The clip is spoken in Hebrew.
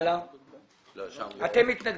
אתם מתנגדים.